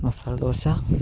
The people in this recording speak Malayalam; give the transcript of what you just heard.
മസാല ദോശ